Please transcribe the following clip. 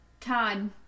Todd